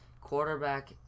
quarterback